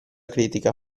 critica